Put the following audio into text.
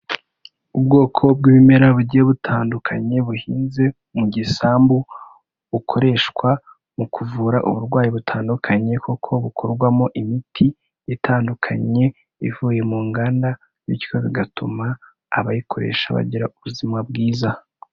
Ubwoko bw'ibimera bugiye butandukanye, buhinze mu gisambu, bukoreshwa mu kuvura uburwayi butandukanye, kuko bukorwamo imiti itandukanye, ivuye mu nganda, bityo bigatuma abayikoresha bagira, ubuzima bwiza.